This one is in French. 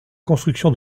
construction